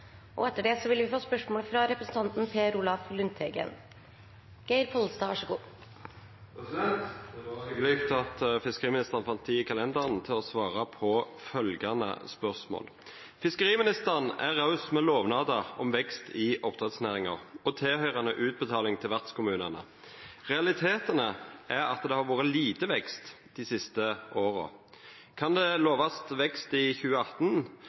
og det kunne jo være et sted å starte. Det var hyggeleg at fiskeriministeren fann tid i kalenderen til å svara på følgjande spørsmål: «Fiskeriministeren er raus med lovnadar om vekst i oppdrettsnæringa og tilhøyrande utbetaling til vertskommunane. Realiteten er at det har vore lite vekst dei siste åra. Kan det lovast vekst i 2018,